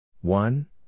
one